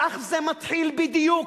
כך זה מתחיל בדיוק.